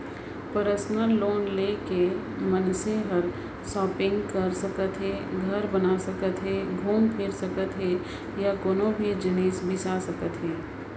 personal loan ले के मनसे हर सॉपिंग कर सकत हे, घर बना सकत हे घूम फिर सकत हे या कोनों भी जिनिस बिसा सकत हे